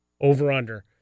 over-under